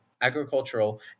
agricultural